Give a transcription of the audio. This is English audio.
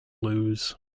lose